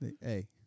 Hey